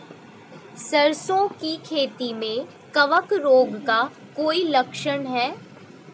सरसों की खेती में कवक रोग का कोई लक्षण है?